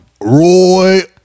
Roy